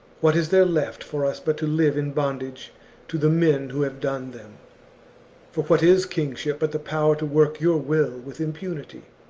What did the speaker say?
what is there left for us but to live in bondage to the men who have done them for what is kingship, but the power to work your will with impunity?